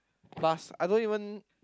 plus I don't even